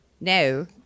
No